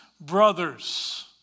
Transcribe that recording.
brothers